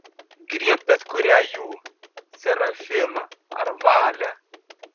griebk bet kurią jų serafimą ar valę